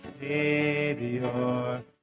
Savior